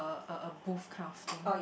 a a booth kind of thing